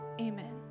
Amen